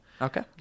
Okay